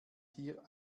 hier